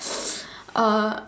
uh